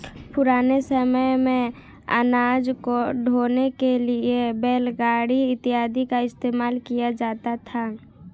पुराने समय मेंअनाज को ढोने के लिए बैलगाड़ी इत्यादि का इस्तेमाल किया जाता था